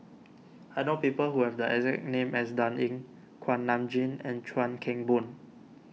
I know people who have the exact name as Dan Ying Kuak Nam Jin and Chuan Keng Boon